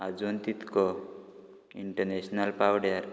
आजून तितको इंटरनॅशनल पांवड्यार